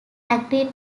agreed